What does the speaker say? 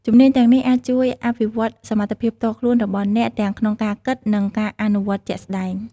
ជំនាញទាំងនេះអាចជួយអភិវឌ្ឍសមត្ថភាពផ្ទាល់ខ្លួនរបស់អ្នក ទាំងក្នុងការគិត និងការអនុវត្តជាក់ស្ដែង។